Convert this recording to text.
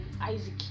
isaac